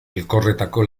elkorretako